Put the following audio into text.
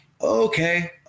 okay